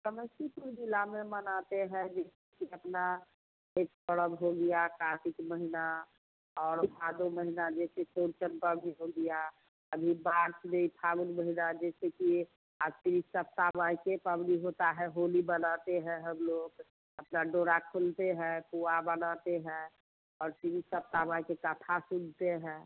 समस्तीपुर ज़िले में मानते हैं अपना एक पर्व हो गया कार्तिक महीना और भादों महीना जैसे अभी मार्च में फाल्गुन महीना जैसे कि आख़री सप्ताह में होली मानते हैं हम लोग अपना डोरा खोलते है पुआ बनाते हैं और इन सब करवा के कथा सुनते है